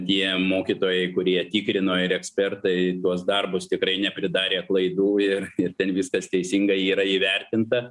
tie mokytojai kurie tikrino ir ekspertai tuos darbus tikrai nepridarė klaidų ir ir ten viskas teisingai yra įvertinta